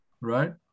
right